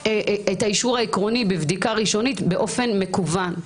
העקרוני בבדיקה ראשונית באופן מקוון.